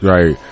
Right